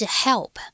help